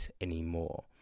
anymore